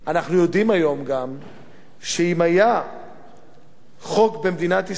אנחנו גם יודעים היום שאם היה חוק במדינת ישראל